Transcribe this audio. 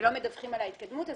ולא מדווחים על ההתקדמות,